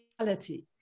reality